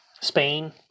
Spain